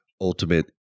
ultimate